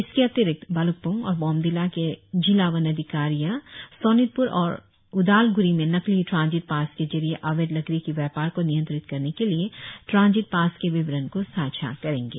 इसके अतिरिक्त भाल्कपोंग और बोमडिला के जिला वन अधिकारिया सोनितप्र और उदालग्री में नकली ट्रानजित पास के जरिए अवैध लकड़ी की व्यापार को नियंत्रित करने के लिए ट्रानजित पास के विवरण को साझा करेंगे